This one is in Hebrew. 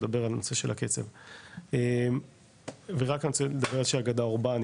שיידבר על הנושא של הקצב ורק אני רוצה לדבר על זה שאגדה אורבנית,